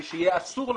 היא שיהיה אסור לממונה,